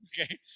Okay